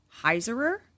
Heiserer